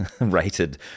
rated